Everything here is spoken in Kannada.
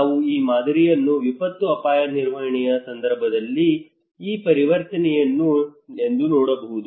ನಾವು ಈ ಮಾದರಿಯನ್ನು ವಿಪತ್ತು ಅಪಾಯ ನಿರ್ವಹಣೆಯ ಸಂದರ್ಭದಲ್ಲಿ ಈ ಪರಿವರ್ತನೆಯನ್ನು ಎಂದು ನೋಡೋಣ